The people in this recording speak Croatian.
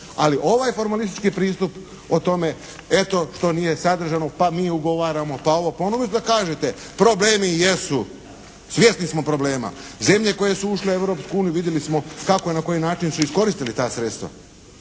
Ali ovaj formalistički pristup o tome eto što nije sadržano pa mi ugovaramo, pa ovo, pa ono. Uvijek zakažete! Problemi jesu, svjesni smo problema. Zemlje koje su ušle u Europsku uniju vidjeli smo kako i na koji način su iskoristili ta sredstva,